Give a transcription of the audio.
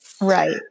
Right